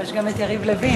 יש גם את יריב לוין.